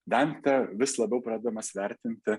dantė vis labiau pradedamas vertinti